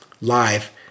live